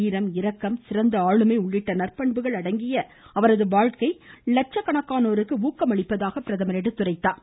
சத்ரபதியின் வீரம் இரக்கம் சிறந்த ஆளுமை உள்ளிட்ட நற்பண்புகள் அடங்கிய அவரது வாழ்க்கை லட்சக்கணக்கானோருக்கு ஊக்கமளிப்பதாக குறிப்பிட்டார்